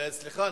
סליחה,